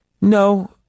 No